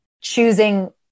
choosing